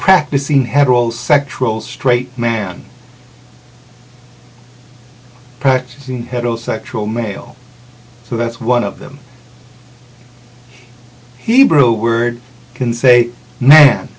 practicing heterosexual straight man practicing heterosexual male so that's one of them hebrew word can say man